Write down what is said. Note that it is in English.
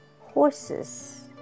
horses